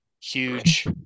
huge